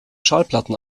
schallplatten